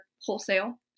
wholesale